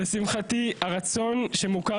לשמחתי הרצון שמוכר